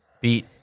beat